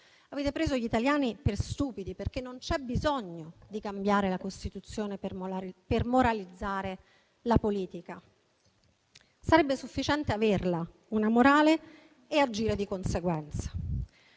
Avete preso gli italiani per stupidi, perché non c'è bisogno di cambiare la Costituzione per moralizzare la politica; sarebbe sufficiente averla una morale e agire di conseguenza.